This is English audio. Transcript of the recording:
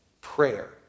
prayer